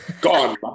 gone